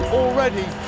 already